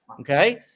Okay